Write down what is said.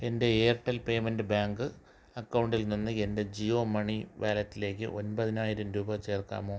എൻ്റെ Airtel payment bank അക്കൗണ്ടിൽ നിന്ന് എൻ്റെ ജിയോ മണി വാലറ്റിലേക്ക് ഒൻപതിനായിരം രൂപ ചേർക്കാമോ